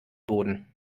boden